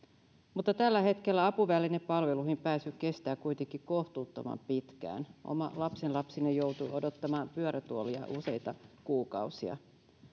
mutta tällä hetkellä apuvälinepalveluihin pääsy kestää kuitenkin kohtuuttoman pitkään oma lapsenlapseni joutui odottamaan pyörätuolia useita kuukausia